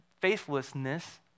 faithlessness